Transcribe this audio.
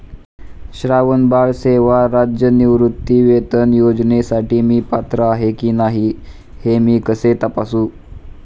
श्रावणबाळ सेवा राज्य निवृत्तीवेतन योजनेसाठी मी पात्र आहे की नाही हे मी कसे तपासू?